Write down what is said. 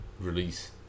release